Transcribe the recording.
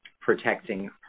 protecting